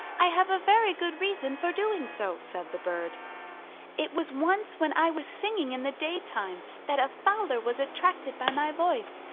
i have a very good reason for doing so, said the bird it was once when i was singing in the daytime that a fowler was attracted by my voice,